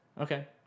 Okay